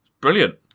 brilliant